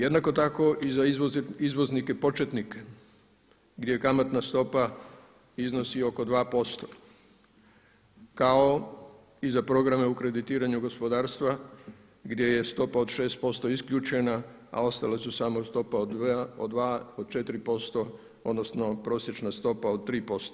Jednako tako i za izvoznike početnike gdje kamatna stopa iznosi oko 2% kao i za programe u kreditiranju gospodarstva gdje je stopa od 6% isključena a ostale su samo stopa od 2, od 4% odnosno prosječna stopa od 3%